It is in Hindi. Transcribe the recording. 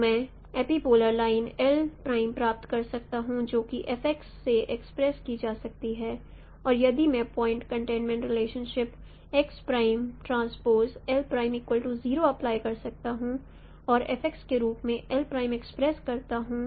तो मैं एपिपोलर लाइन प्राप्त कर सकता हूं जो कि से एक्सप्रेस की जा सकती है और यदि मैं पॉइंट कंटेंटमेंट रीलेशनशिपअप्लाई कर सकता हूं औरके रूप में एक्सपेंड करता हूं